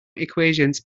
equations